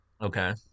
Okay